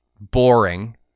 boring